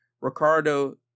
Ricardo